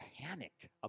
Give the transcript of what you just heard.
panic